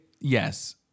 yes